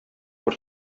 por